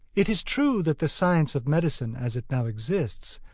it is true that the science of medicine, as it now exists,